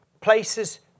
places